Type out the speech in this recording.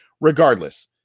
Regardless